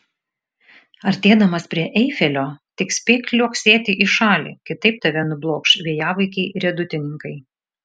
artėdamas prie eifelio tik spėk liuoksėti į šalį kitaip tave nublokš vėjavaikiai riedutininkai